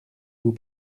vous